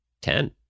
ten